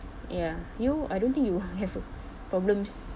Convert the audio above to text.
ya you I don't think you have a problem s~